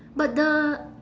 but the